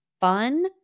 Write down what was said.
fun